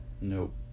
Nope